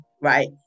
right